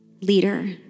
Leader